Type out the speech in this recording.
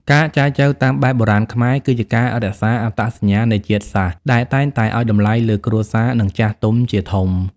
ការចែចូវតាមបែបបុរាណខ្មែរ គឺជាការរក្សា "អត្តសញ្ញាណនៃជាតិសាសន៍" ដែលតែងតែឱ្យតម្លៃលើគ្រួសារ និងចាស់ទុំជាធំ។